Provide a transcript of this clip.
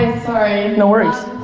sorry. no worries.